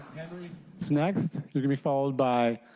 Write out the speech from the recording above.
henry is next followed by